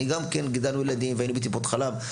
אנחנו גם גידלנו ילדים והיינו בטיפות חלב,